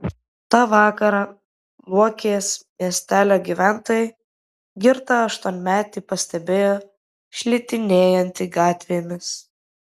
tą vakarą luokės miestelio gyventojai girtą aštuonmetį pastebėjo šlitinėjantį gatvėmis